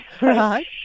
Right